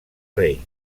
rei